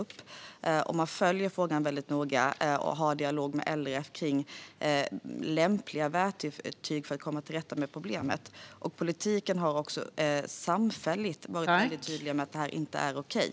Vi följer frågan väldigt noga och har dialog med LRF om lämpliga verktyg för att komma till rätta med problemet. Politiken har också samfälligt varit väldigt tydlig med att det inte är okej.